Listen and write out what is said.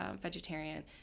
vegetarian